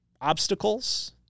obstacles